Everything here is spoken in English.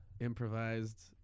Improvised